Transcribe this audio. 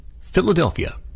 Philadelphia